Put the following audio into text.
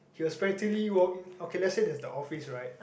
he was practically walk in okay let's say there's the office right